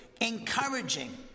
encouraging